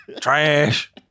trash